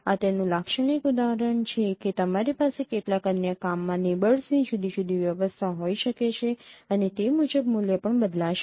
આ તેનું લાક્ષણિક ઉદાહરણ છે કે તમારી પાસે કેટલાક અન્ય કામમાં નેબર્સની જુદી જુદી વ્યવસ્થા હોઈ શકે છે અને તે મુજબ મૂલ્ય પણ બદલાશે